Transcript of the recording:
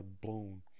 blown